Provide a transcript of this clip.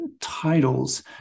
titles